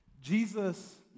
Jesus